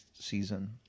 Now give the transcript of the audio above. season